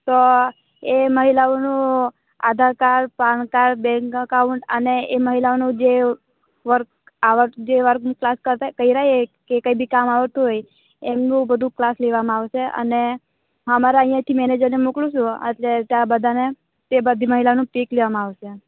તો એ મહિલાઓનું આધારકાર્ડ પાનકાર્ડ બેન્ક અકાઉન્ટ અને એ મહિલાઓનું જે વર્ક આવડતું જે વર્કનું ક્લાસ કરતા કર્યા એ કે કંઈ બી કામ આવડતું હોય એમનું બધું ક્લાસ લેવામાં આવશે અને અમારા અહીંયાથી મેનેજરને મોકલું છું એટલે ત્યાં બધાને તે બધી મહિલાઓનું પીક લેવામાં આવશે